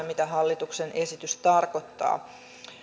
mitä hallituksen esitys tarkoittaa